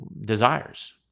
desires